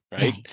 right